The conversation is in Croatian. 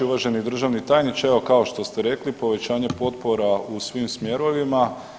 Uvaženi državni tajniče, evo kao što ste rekli, povećanje potpora u svim smjerovima.